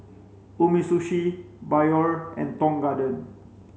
Umisushi Biore and Tong Garden